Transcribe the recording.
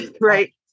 Right